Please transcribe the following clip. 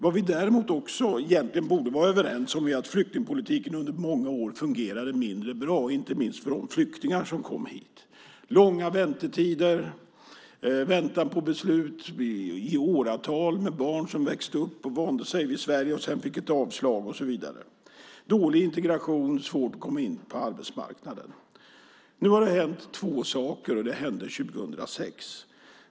Vi borde också vara överens om att flyktingpolitiken under många år fungerade mindre bra, inte minst för de flyktingar som kom hit. Det var långa väntetider. Man kunde få vänta på beslut i åratal. Det fanns barn som växte upp här och vande sig vid Sverige och sedan fick avslag och så vidare. Det var dålig integration och svårt att komma in på arbetsmarknaden. Nu har det hänt två saker. De hände 2006.